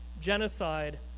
genocide